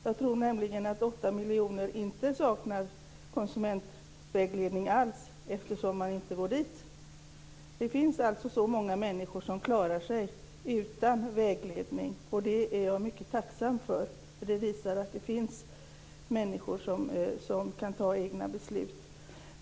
Jag tror nämligen att åtta miljoner inte saknar konsumentvägledning alls, eftersom de inte går dit. Det finns alltså så många människor som klarar sig utan vägledning, och det är jag mycket tacksam för. Det visar nämligen att det finns människor som kan fatta egna beslut.